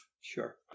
Sure